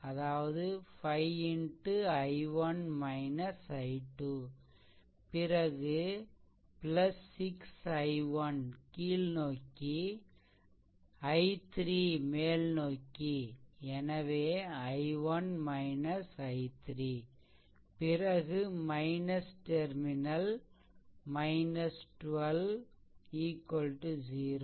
அதாவது 5x i1 i2 பிறகு 6 I1 கீழ்நோக்கி i3 மேல்நோக்கி எனவே i1 i3 பிறகு - டெர்மினல் 12 0